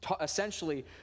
essentially